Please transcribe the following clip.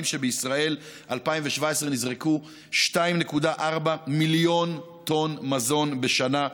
שבישראל 2017 נזרקו 2.4 מיליון טון מזון בשנה,